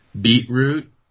Beetroot